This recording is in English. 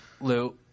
Lou